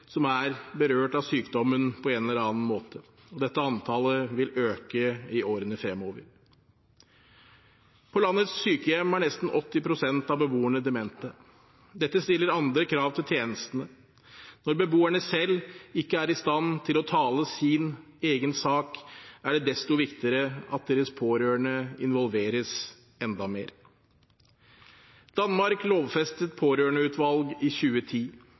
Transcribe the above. som er berørt av sykdommen på en eller annen måte. Dette antallet vil øke i årene fremover. På landets sykehjem er nesten 80 pst. av beboerne demente. Dette stiller andre krav til tjenestene. Når beboerne selv ikke er i stand til å tale sin egen sak, er det desto viktigere at deres pårørende involveres enda mer. Danmark lovfestet pårørendeutvalg i 2010.